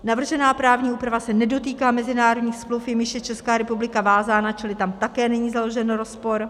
Navržená právní úprava se nedotýká mezinárodních smluv, jimiž je Česká republika vázána, čili tam také není založen rozpor.